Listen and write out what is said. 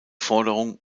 forderung